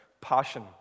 Passion